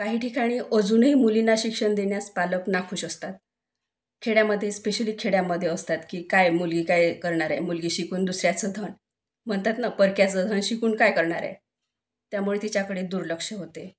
काही ठिकाणी अजूनही मुलींना शिक्षण देण्यास पालक नाखूष असतात खेड्यामध्ये स्पेशली खेड्यामध्ये असतात की काय मुली काय करणार आहे मुलगी शिकून दुसऱ्याचं धन म्हणतात नं परक्याचं धन शिकून काय करणार आहे त्यामुळे तिच्याकडे दुर्लक्ष होते